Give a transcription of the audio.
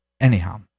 anyhow